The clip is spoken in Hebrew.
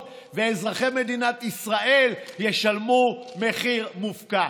ואזרחי מדינת ישראל ישלמו מחיר מופקע.